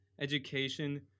education